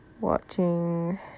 watching